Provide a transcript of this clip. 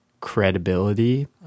credibility